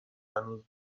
هنوز